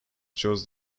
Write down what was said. choose